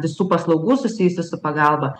visų paslaugų susijusių su pagalba